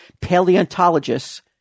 paleontologists